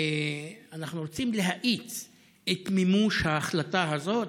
אנחנו רוצים להאיץ את מימוש ההחלטה הזאת,